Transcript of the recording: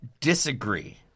disagree